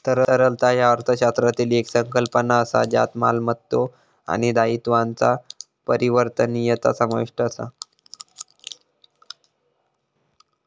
तरलता ह्या अर्थशास्त्रातली येक संकल्पना असा ज्यात मालमत्तो आणि दायित्वांचा परिवर्तनीयता समाविष्ट असा